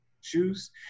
shoes